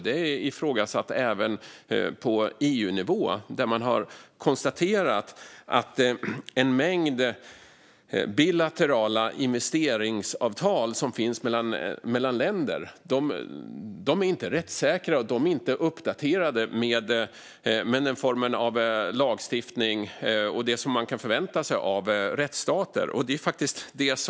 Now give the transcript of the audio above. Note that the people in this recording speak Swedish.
Det är ifrågasatt även på EU-nivå, där man har konstaterat att en mängd bilaterala investeringsavtal mellan länder inte är rättssäkra och inte uppdaterade med den form av lagstiftning som man kan förvänta sig av rättsstater.